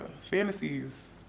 fantasies